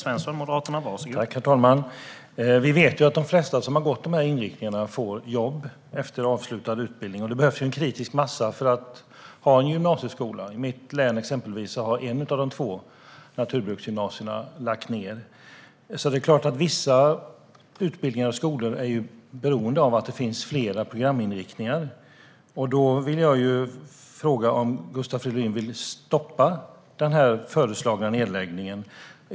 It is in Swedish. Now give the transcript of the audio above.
Herr talman! Vi vet att de flesta som har gått dessa inriktningar får jobb efter avslutad utbildning. Det behövs en kritisk massa för att ha en gymnasieskola. I exempelvis mitt län har ett av de två naturbruksgymnasierna lagt ned. Vissa utbildningar är beroende av att det finns flera programinriktningar. Jag vill fråga Gustav Fridolin om han vill stoppa den föreslagna nedläggningen.